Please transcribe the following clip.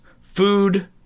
food